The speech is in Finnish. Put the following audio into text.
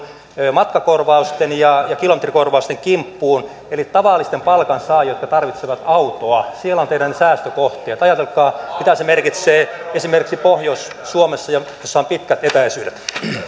matkakorvausten ja kilometrikorvausten kimppuun eli tavallisten palkansaajien jotka tarvitsevat autoa siellä ovat teidän säästökohteenne ajatelkaa mitä se merkitsee esimerkiksi pohjois suomessa jossa on pitkät etäisyydet